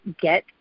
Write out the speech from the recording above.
get